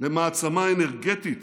למעצמה אנרגטית